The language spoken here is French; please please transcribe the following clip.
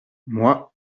moi